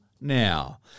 now